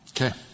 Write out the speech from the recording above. Okay